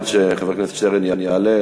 עד שחבר הכנסת שטרן יעלה,